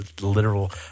literal